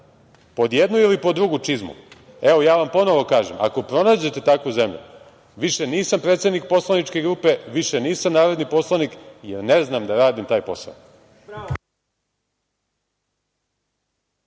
pod jednu ili pod drugu čizmu, evo, ja vam ponovo kažem, ako pronađete takvu zemlju, više nisam predsednik poslaničke grupe, više nisam narodni poslanik, jer ne znam da radim taj posao.